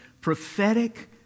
prophetic